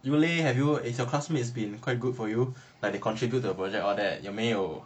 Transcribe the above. you leh have you has your classmates been quite good for you like they contribute to a project all that 有没有